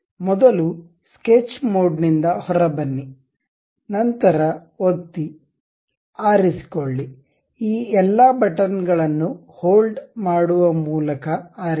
ಮೊದಲು sketch mode ನಿಂದ ಹೊರ ಬನ್ನಿ ನಂತರ ಒತ್ತಿ ಆರಿಸಿಕೊಳ್ಳಿ ಈ ಎಲ್ಲಾ ಬಟನ್ಗಳನ್ನು ಹೋಲ್ಡ್ ಮಾಡುವ ಮೂಲಕ ಆರಿಸಿ